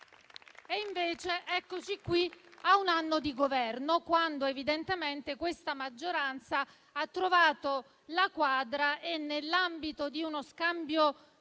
Invece eccoci qui, a un anno di Governo, quando evidentemente questa maggioranza ha trovato la quadra e, nell'ambito di uno scambio